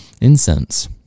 incense